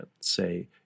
say